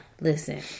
Listen